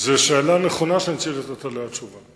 זו שאלה נכונה, שאני צריך לתת עליה תשובה.